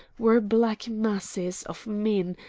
were black masses of men,